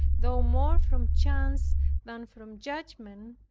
though more from chance than from judgment,